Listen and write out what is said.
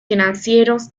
financieros